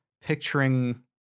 picturing